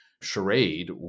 charade